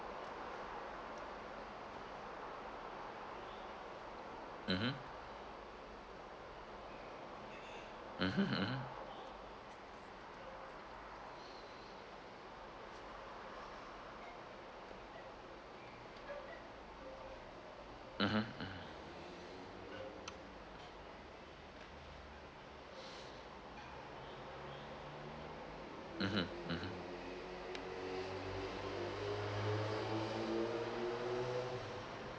mmhmm mmhmm mmhmm mmhmm mmhmm mmhmm mmhmm